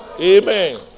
Amen